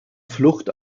flucht